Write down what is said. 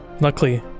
Luckily